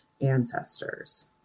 ancestors